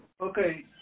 okay